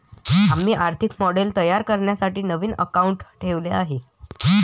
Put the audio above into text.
आम्ही आर्थिक मॉडेल तयार करण्यासाठी नवीन अकाउंटंट ठेवले आहे